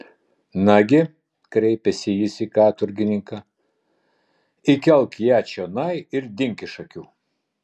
nagi kreipėsi jis į katorgininką įkelk ją čionai ir dink iš akių